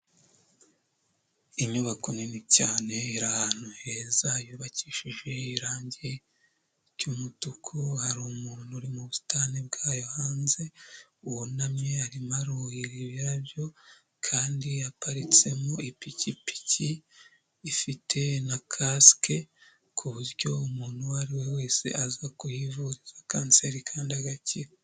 Inyubako nini cyane iri ahantu heza yubakishije irangi ry'umutuku, hari umuntu uri mu busitani bwayo hanze wunamye arimo aruhira ibirabyo kandi haparitse mo ipikipiki ifite na kasike, ku buryo umuntu uwo ari we wese aza kuhivuriza kanseri kandi agakira.